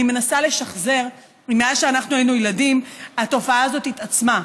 אני מנסה לשחזר אם מאז שאנחנו היינו ילדים התופעה הזאת התעצמה.